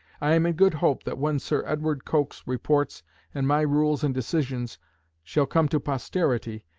i am in good hope that when sir edward coke's reports and my rules and decisions shall come to posterity,